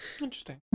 interesting